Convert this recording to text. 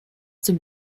dem